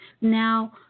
Now